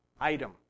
item